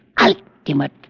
ultimate